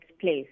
place